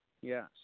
yes